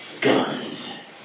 Guns